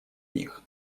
них